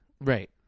Right